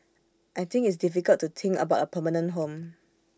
I think it's difficult to think about A permanent home